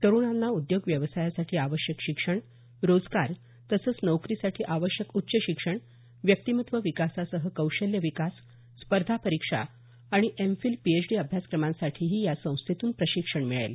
तरुणांना उद्योग व्यवसायासाठी आवश्यक शिक्षण रोजगार तसंच नोकरीसाठी आवश्यक उच्चशिक्षण व्यक्तिमत्त्व विकासासह कौशल्य विकास स्पर्धा परीक्षा आणि एमफील पीएचडी अभ्यासक्रमांसाठीही या संस्थेतून प्रशिक्षण मिळेल